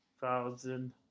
thousand